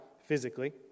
physically